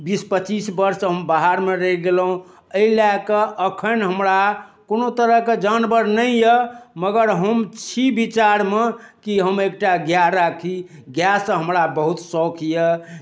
बीस पचीस वर्ष हम बाहरमे रहि गेलहुँ एहि लए कऽ एखन हमरा कोनो तरहके जानवर नहि यऽ मगर हम छी विचारमे कि हम एकटा गाय राखी गायसँ हमरा बहुत शौख यऽ